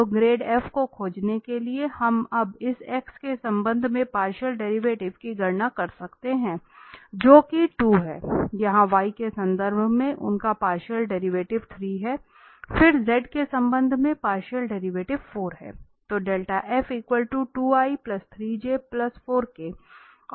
तो grad f को खोजने के लिए हम अब इस x के संबंध के पार्शियल डेरिवेटिव की गणना कर सकते हैं जो कि 2 है यहाँ y के संबंध में उनका पार्शियल डेरिवेटिव 3 है फिर z के संबंध में पार्शियल डेरिवेटिव 4 है